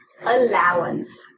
allowance